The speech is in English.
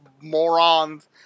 morons